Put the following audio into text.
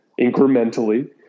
incrementally